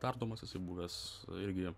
tardomas jisai buvęs irgi